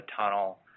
tunnel